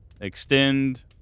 extend